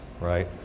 right